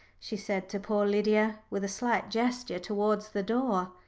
she said to poor lydia, with a slight gesture towards the door.